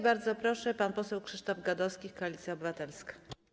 Bardzo proszę, pan poseł Krzysztof Gadowski, Koalicja Obywatelska.